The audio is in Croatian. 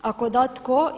Ako da, tko?